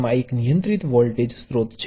તે પ્રવાહ સ્ત્રોત છે